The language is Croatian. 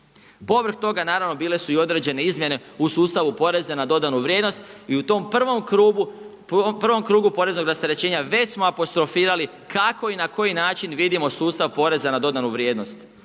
Povrh toga naravno bile su i određene izmjene u sustavu poreza n dodanu vrijednost i u tom prvom krugu poreznog rasterećenja već smo apostrofirali kako i na koji način vidimo sustav poreza na dodanu vrijednost.